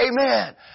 Amen